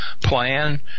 plan